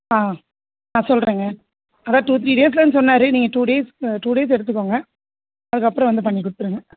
ஆ நான் சொல்கிறேங்க அதான் டூ த்ரீ டேஸில்ன்னு சொன்னார் நீங்கள் டூ டேஸ் டூ டேஸ் எடுத்துக்கங்க அதுக்கப்புறம் வந்து பண்ணி கொடுத்துருங்க